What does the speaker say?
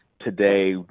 today